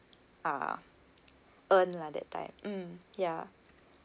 uh earn lah that time um ya